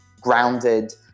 grounded